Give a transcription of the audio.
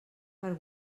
per